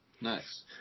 Nice